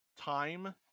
time